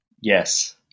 Yes